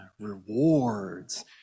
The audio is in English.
rewards